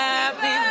Happy